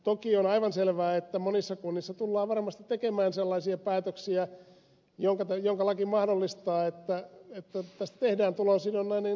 toki on aivan selvää että monissa kunnissa tullaan varmasti tekemään sellaisia päätöksiä minkä laki mahdollistaa että tästä tehdään tulosidonnainen